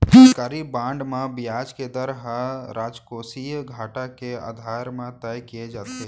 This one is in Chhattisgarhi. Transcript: सरकारी बांड म बियाज के दर ह राजकोसीय घाटा के आधार म तय किये जाथे